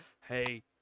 Hey